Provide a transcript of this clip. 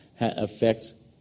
affects